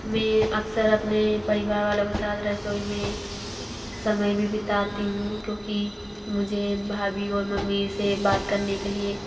में अक्सर अपने परिवार वालों के साथ रसोई में समय भी बिताती हूँ क्योंकि मुझे भाभी और मम्मी से बात करने के लिए